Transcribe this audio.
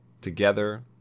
together